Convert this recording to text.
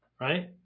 Right